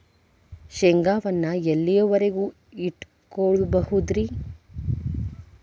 ಶೇಂಗಾವನ್ನು ಎಲ್ಲಿಯವರೆಗೂ ಇಟ್ಟು ಕೊಳ್ಳಬಹುದು ರೇ?